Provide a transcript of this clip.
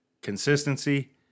consistency